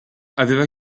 aveva